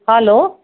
hello